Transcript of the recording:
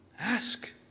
Ask